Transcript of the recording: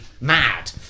mad